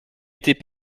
était